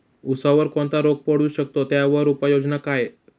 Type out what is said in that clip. ऊसावर कोणता रोग पडू शकतो, त्यावर उपाययोजना काय?